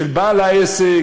של בעל העסק,